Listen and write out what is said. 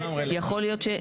יכול להיות שאפשר.